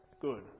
good